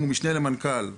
אם הוא משנה למנכ"ל אז,